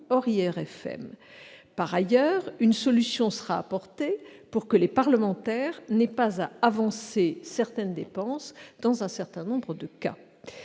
hors IRFM. Par ailleurs, une solution sera apportée pour que les parlementaires n'aient pas à avancer certaines dépenses dans un certain nombre de cas.